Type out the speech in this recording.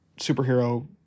superhero